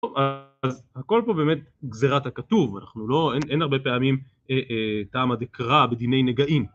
טוב, אז הכל פה באמת גזירת הכתוב, אנחנו לא, אין הרבה פעמים טעם הדקרה בדיני נגעים.